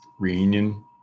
reunion